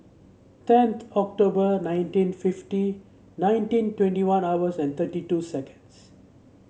tenth October nineteen fifty nineteen twenty one hours and thirty two seconds